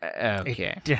Okay